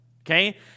Okay